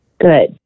Good